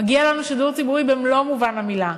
מגיע לנו שידור ציבורי במלוא מובן המילה,